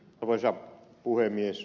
arvoisa puhemies